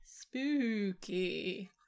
Spooky